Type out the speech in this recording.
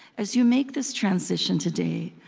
as you make this transition today,